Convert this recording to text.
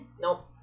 Nope